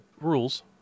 rules